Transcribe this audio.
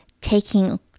taking